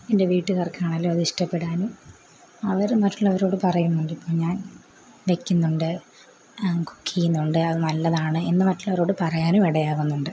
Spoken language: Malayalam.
എൻ്റെ വീട്ടുകാർക്കാണെങ്കിലും അത് ഇഷ്ടപ്പെടാനും അവർ മറ്റുള്ളവരോട് പറയുന്നുണ്ട് ഇപ്പം ഞാൻ വയ്ക്കുന്നുണ്ട് കുക്ക് ചെയ്യുന്നുണ്ട് അത് നല്ലതാണ് എന്ന് മറ്റുള്ളവരോട് പറയാനും ഇടയാവുന്നുണ്ട്